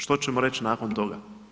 Što ćemo reći nakon toga?